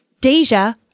Deja